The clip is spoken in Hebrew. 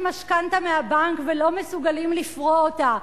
משכנתה מהבנק ולא מסוגלים לפרוע אותה,